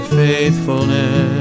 faithfulness